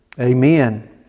Amen